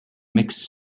mixed